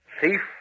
thief